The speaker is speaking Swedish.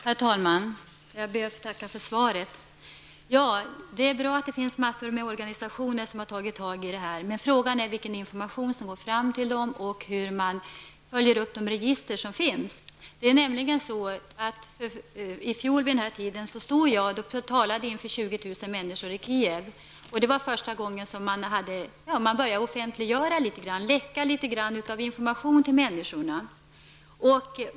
Herr talman! Jag ber att få tacka för svaret. Det är bra att det finns en mängd organisationer som har tagit tag i detta problem. Frågan är vilken information som går fram till dem och hur man följer upp de register som finns. I fjol vid den här tiden talade jag inför 20 000 människor i Kiev. Det var första gången man började offentliggöra litet grand, ''läcka'' litet information till människorna.